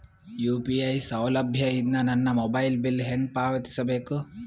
UPI ಸೌಲಭ್ಯ ಇಂದ ನನ್ನ ಮೊಬೈಲ್ ಬಿಲ್ ಹೆಂಗ್ ಪಾವತಿಸ ಬೇಕು?